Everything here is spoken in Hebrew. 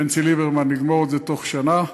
בנצי ליברמן, לגמור את זה בתוך שנה.